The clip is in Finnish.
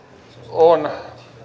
on